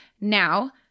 Now